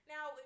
Now